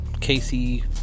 Casey